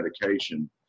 medication